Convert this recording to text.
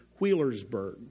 Wheelersburg